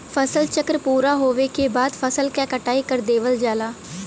फसल चक्र पूरा होवे के बाद फसल क कटाई कर देवल जाला